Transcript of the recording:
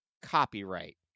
copyright